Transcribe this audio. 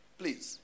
please